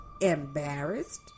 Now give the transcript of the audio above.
embarrassed